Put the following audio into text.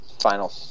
final